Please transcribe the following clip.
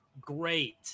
Great